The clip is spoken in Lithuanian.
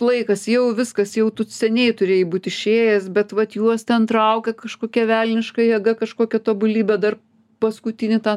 laikas jau viskas jau tu seniai turėjai būt išėjęs bet vat juos ten traukia kažkokia velniška jėga kažkokia tobulybė dar paskutinį tą